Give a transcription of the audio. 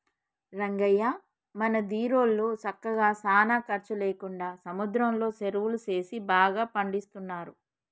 రంగయ్య మన దీరోళ్ళు సక్కగా సానా ఖర్చు లేకుండా సముద్రంలో సెరువులు సేసి బాగా సంపాదిస్తున్నారు